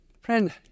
Friend